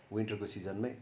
विन्टरको सिजनमै